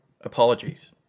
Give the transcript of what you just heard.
Apologies